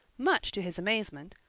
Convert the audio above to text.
much to his amazement,